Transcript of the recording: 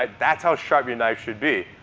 ah that's how sharp your knife should be,